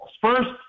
First